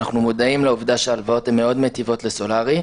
אנחנו מודעים לעובדה שההלוואות מאוד מיטיבות לסולארי,